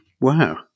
Wow